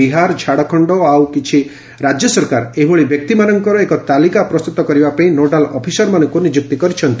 ବିହାର ଝାଡ଼ଖଣ୍ଡ ଓ ଆଉ କିଛି ରାଜ୍ୟ ସରକାର ଏଭଳି ବ୍ୟକ୍ତିମାନଙ୍କର ଏକ ତାଲିକା ପ୍ରସ୍ତୁତ କରିବା ପାଇଁ ନୋଡାଲ୍ ଅଫିସରମାନଙ୍କୁ ନିଯୁକ୍ତି କରିଛନ୍ତି